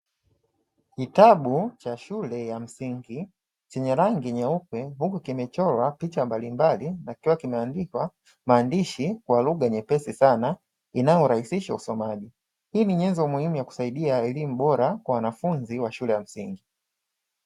Kitabu cha shule ya msingi chenye rangi nyeupe huku kimechorwa picha mbalimbali na kikiwa kimeandikwa maandishi kwa lugha nyepesi sana inayorahisisha usomaji. Hii ni nyenzo muhimu ya kusaidia elimu bora kwa wanafunzi wa shule ya msingi.